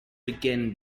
begin